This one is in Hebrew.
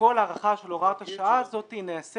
שכל הארכה של הוראת השעה הזאת נעשית